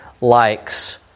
likes